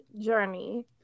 journey